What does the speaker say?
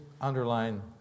underline